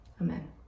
Amen